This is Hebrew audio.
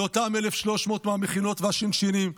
לאותם 1,300 מהמכינות והשינשינים,